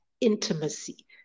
intimacy